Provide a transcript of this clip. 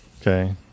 Okay